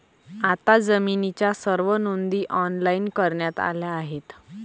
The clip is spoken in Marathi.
आता जमिनीच्या सर्व नोंदी ऑनलाइन करण्यात आल्या आहेत